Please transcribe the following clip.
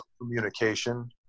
communication